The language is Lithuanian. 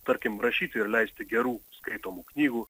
tarkim rašyti ir leisti gerų skaitomų knygų